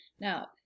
Now